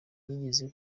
yigeze